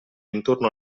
intorno